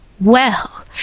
Well